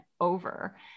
over